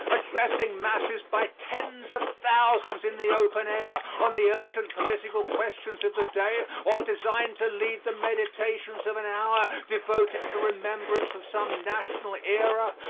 addressing masses by tens of thousands in the open air, on the urgent political questions of the day, or designed to lead the meditations of an hour devoted to the remembrance of some national era,